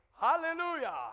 Hallelujah